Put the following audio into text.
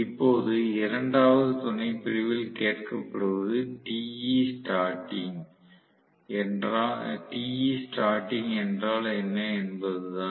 இப்போது இரண்டாவது துணைப்பிரிவில் கேட்கப்படுவது Te starting என்றால் என்ன என்பதுதான்